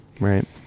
Right